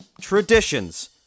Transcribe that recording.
traditions